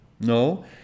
No